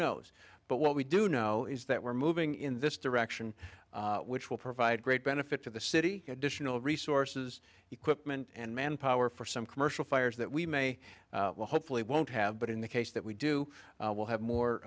knows but what we do know is that we're moving in this direction which will provide great benefit to the city additional resources equipment and manpower for some commercial fires that we may hopefully won't have but in the case that we do we'll have